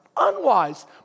Unwise